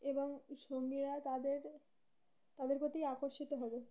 এবং সঙ্গীরা তাদের তাদের প্রতিই আকর্ষিত হবে